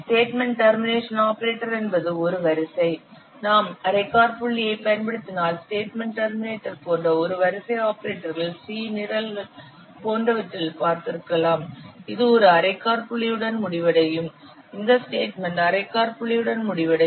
statement termination operator என்பது ஒரு வரிசை நாம் அரைக்காற்புள்ளியைப் பயன்படுத்தினால் ஸ்டேட்மென்ட் டெர்மினேட்டர் போன்ற ஒரு வரிசை ஆபரேட்டர்கள் C நிரல்கள் போன்றவற்றில் பார்த்திருக்கலாம் இது ஒரு அரைக்காற்புள்ளியுடன் முடிவடையும் இந்த ஸ்டேட்மென்ட் அரைக்காற்புள்ளியுடன் முடிவடையும்